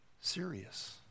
serious